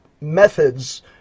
methods